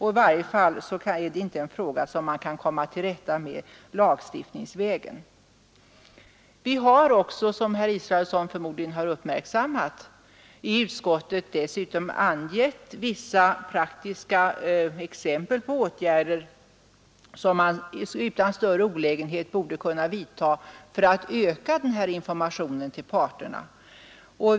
I varje fall är det inte en fråga som man kan komma till rätta med lagstiftningsvägen. Som herr Israelsson förmodligen uppmärksammat har vi dessutom i utskottet angivit vissa praktiska exempel på åtgärder som man utan större olägenheter borde kunna vidta för att öka informationen till parterna.